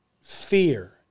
fear